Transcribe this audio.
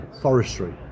forestry